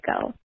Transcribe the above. Go